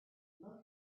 looked